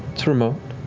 it's remote.